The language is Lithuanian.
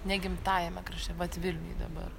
ne gimtajame krašte vat vilniuj dabar